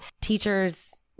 teachers